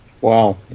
Wow